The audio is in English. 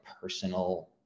personal